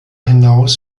hinaus